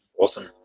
Awesome